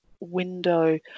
window